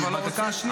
הוא לא חל עלייך.